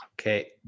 Okay